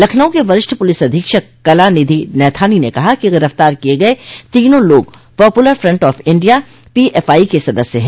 लखनऊ के वरिष्ठ पुलिस अधीक्षक कलानिधि नैथानी ने कहा कि गिरफ्तार किये गये तीनों लोग Popular Front of India PFI के सदस्य हैं